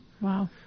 Wow